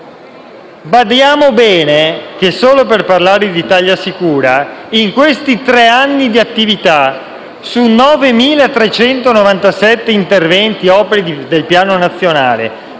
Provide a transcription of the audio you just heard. Badiamo bene che, solo per parlare di ItaliaSicura, in questi tre anni di attività, su 9.397 interventi e opere del piano nazionale,